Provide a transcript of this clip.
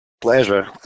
Pleasure